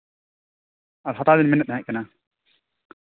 ᱟᱨ ᱦᱟᱛᱟᱣ ᱵᱮᱱ ᱢᱮᱱᱮᱫ ᱛᱟᱦᱮᱸ ᱠᱟᱱᱟ